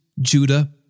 Judah